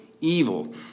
evil